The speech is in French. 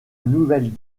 nouvelle